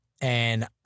and-